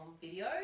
video